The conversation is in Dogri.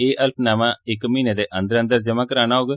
ए अल्फनामा इक म्हीने दे अंदर अंदर जमा करना होग